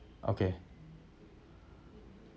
okay